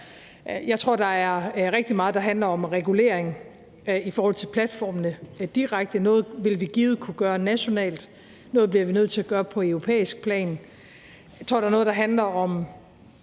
Jeg tror, at der er rigtig meget, der handler om regulering direkte i forhold til platformene. Noget vil vi givet kunne gøre nationalt. Noget bliver vi nødt til at gøre på europæisk plan. Jeg tror, at der er noget, der handler om